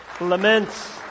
Laments